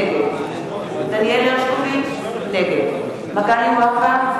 נגד דניאל הרשקוביץ, נגד מגלי והבה,